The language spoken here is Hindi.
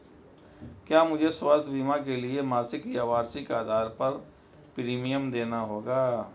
क्या मुझे स्वास्थ्य बीमा के लिए मासिक या वार्षिक आधार पर प्रीमियम देना होगा?